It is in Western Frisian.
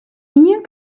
ien